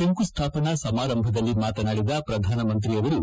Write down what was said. ಶಂಕುಸ್ಲಾಪನಾ ಸಮಾರಂಭದಲ್ಲಿ ಮಾತನಾಡಿದ ಪ್ರಧಾನಮಂತ್ರಿಯವರು